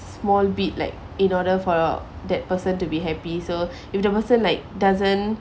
small deed like in order for the that person to be happy so if the person like doesn't